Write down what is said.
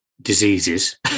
diseases